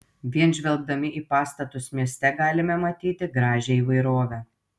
vien žvelgdami į pastatus mieste galime matyti gražią įvairovę